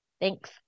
Thanks